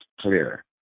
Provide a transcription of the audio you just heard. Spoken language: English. clear